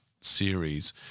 series